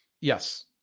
Yes